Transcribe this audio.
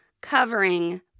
covering